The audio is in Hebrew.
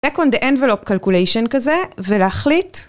Back on the envelope calculation כזה, ולהחליט